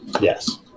Yes